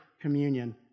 communion